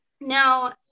Now